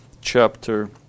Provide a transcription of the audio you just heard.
chapter